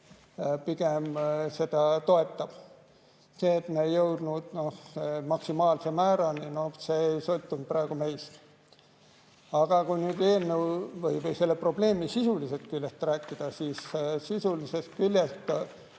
pigem seda toetab. See, et me ei jõudnud maksimaalse määrani, no see ei sõltunud praegu meist. Aga kui nüüd eelnõu või selle probleemi sisulisest küljest rääkida, siis sisulisest küljest